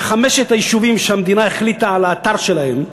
חמשת היישובים שהמדינה החליטה על האתר שלכם,